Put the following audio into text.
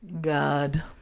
God